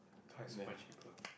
Kaist is much cheaper